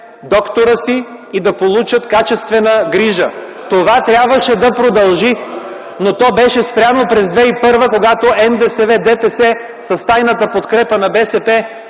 доктора си и да получат качествена грижа. Това трябваше да продължи, но то беше спряно през 2001 г., когато НДСВ, ДПС с тайната подкрепа на БСП